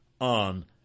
on